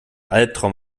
albtraum